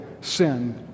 sin